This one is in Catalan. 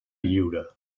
lliure